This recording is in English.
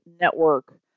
network